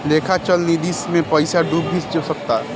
लेखा चल निधी मे पइसा डूब भी सकता